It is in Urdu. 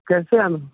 کیسے آنا